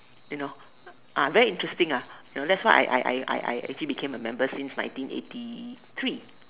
you know ah very interesting ah you know that's why I I I I I actually became a member since nineteen eighty three